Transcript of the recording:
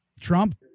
Trump